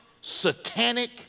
satanic